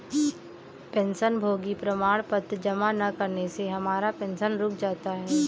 पेंशनभोगी प्रमाण पत्र जमा न करने से हमारा पेंशन रुक जाता है